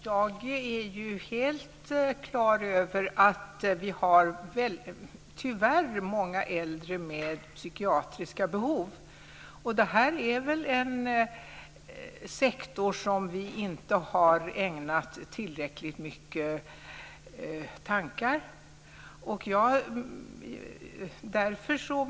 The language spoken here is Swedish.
Fru talman! Jag är helt klar över att det tyvärr finns många äldre med behov av psykiatrisk vård. Detta är nog en sektor som vi inte har ägnat tillräckligt många tankar.